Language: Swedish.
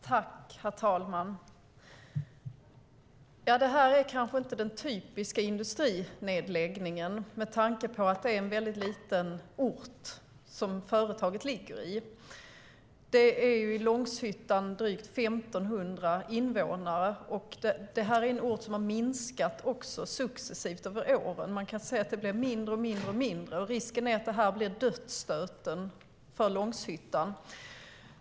Herr talman! Det här är kanske inte den typiska industrinedläggningen, med tanke på att det är en väldigt liten ort som företaget ligger i. Långshyttan har drygt 1 500 invånare, och det är en ort som har minskat successivt över åren. Man kan säga att den blir mindre och mindre, och risken är att detta blir dödsstöten för Långshyttan.